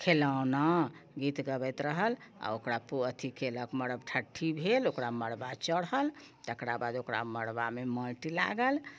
खिलौना गीत गबैत रहल आ ओकरा अथि कयलक मरबठठ्ठी भेल ओकरा मरबा चढ़ल तेकरा बाद ओकरा मरबामे माटि लागल